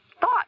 thought